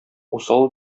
усал